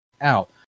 out